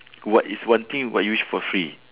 what is one thing what you wish for free